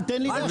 אבל תן לי.